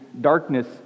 darkness